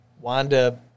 Wanda